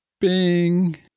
Bing